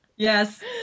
Yes